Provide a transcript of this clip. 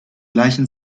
gleichen